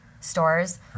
stores